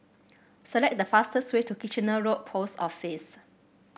select the fastest way to Kitchener Road Post Office